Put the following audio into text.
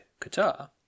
Qatar